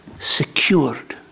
secured